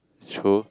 true